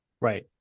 Right